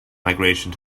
migration